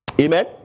Amen